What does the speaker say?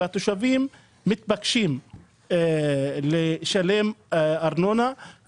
והתושבים מתבקשים לשלם ארנונה.